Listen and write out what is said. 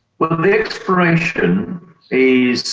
well the exploration is